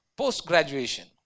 post-graduation